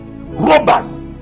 robbers